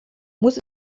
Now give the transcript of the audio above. muss